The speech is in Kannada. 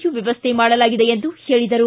ಯು ವ್ಯವಸ್ಥೆ ಮಾಡಲಾಗಿದೆ ಎಂದು ಹೇಳಿದರು